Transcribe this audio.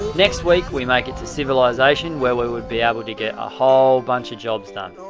next week we make it to civilization where we will be able to get a whole bunch of jobs done.